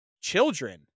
children